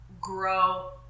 grow